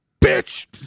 bitch